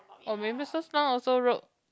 or Mrs Tan also wrote